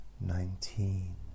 Nineteen